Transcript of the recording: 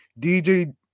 DJ